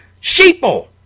Sheeple